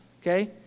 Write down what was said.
okay